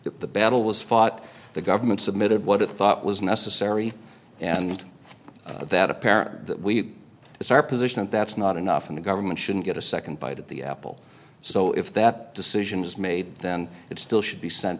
the battle was fought the government submitted what it thought was necessary and that apparently that we it's our position that that's not enough and the government shouldn't get a second bite at the apple so if that decision is made then it still should be sent